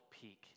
Peak